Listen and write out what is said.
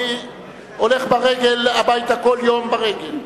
אני הולך כל יום הביתה ברגל.